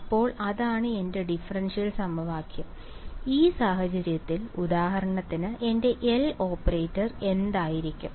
അപ്പോൾ അതാണ് എന്റെ ഡിഫറൻഷ്യൽ സമവാക്യം ഈ സാഹചര്യത്തിൽ ഉദാഹരണത്തിന് എന്റെ L ഓപ്പറേറ്റർ എന്തായിരിക്കും